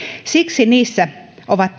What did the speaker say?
siksi niissä ovat